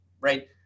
right